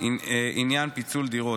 בעניין פיצול דירות,